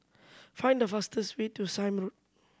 find the fastest way to Sime Road